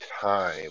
time